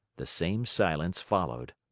the same silence followed.